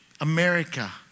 America